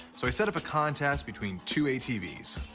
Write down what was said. so i set up a contest between two atvs.